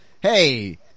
Hey